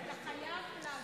זה לא הגיוני, חילי.